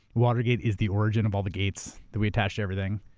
watergate is the origin of all the gates that we attach to everything.